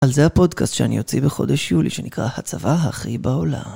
על זה הפודקאסט שאני אוציא בחודש יולי שנקרא הצבא הכי בעולם.